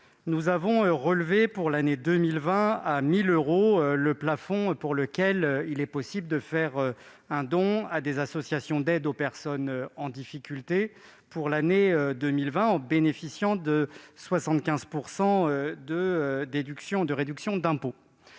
nous avions relevé à 1 000 euros le plafond pour lequel il est possible de faire un don à des associations d'aide aux personnes en difficulté, en bénéficiant de 75 % de réduction d'impôt.